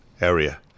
area